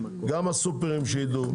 גם הסופרים שיידעו,